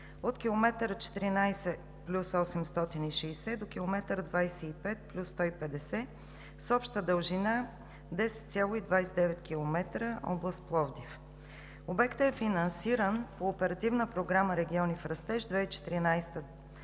от км 14+860 до км 25+150, с обща дължина 10,29 км, област Пловдив. Обектът е финансиран по Оперативна програма „Региони в растеж 2014 –